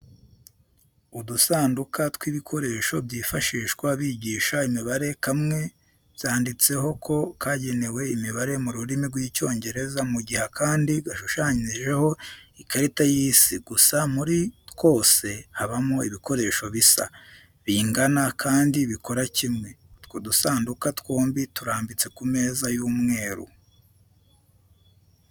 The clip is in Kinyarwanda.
Udusanduka tw'ibikoresho byifashishwa bigisha imibare kamwe byanditseho ko kagenewe imibare mu rurimi rw'Icyongereza mu gihe akandi gashushanijeho ikarita y'isi gusa muri twose habamo ibikoresho bisa, bingana, kandi bikora kimwe. Utwo dusanduka twombi turambitse ku meza y'umweru.